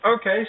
Okay